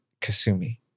Kasumi